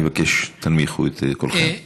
אני מבקש, תנמיכו את קולכם.